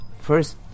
first